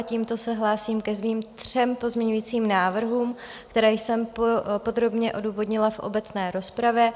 Tímto se hlásím ke svým třem pozměňovacím návrhům, které jsem podrobně odůvodnila v obecné rozpravě.